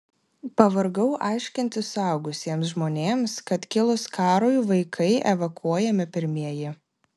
pavargau aiškinti suaugusiems žmonėms kad kilus karui vaikai evakuojami pirmieji